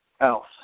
else